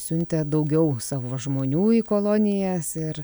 siuntė daugiau savo žmonių į kolonijas ir